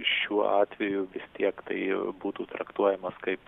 šiuo atveju vis tiek tai būtų traktuojamas kaip